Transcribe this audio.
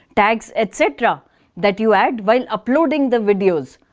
tags etc that you add while uploading the videos.